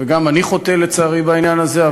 וגם אני חוטא לצערי בעניין הזה,